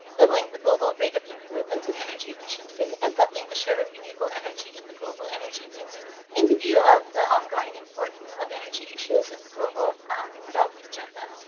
doubling the global rate of improvement in energy efficiency, and doubling the share of renewable energy in and the global energy mix in the view of the ongoing importance of energy issues and the global development agenda.